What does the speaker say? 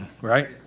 Right